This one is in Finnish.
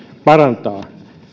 parantaa